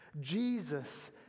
Jesus